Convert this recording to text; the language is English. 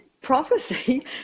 prophecy